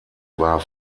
war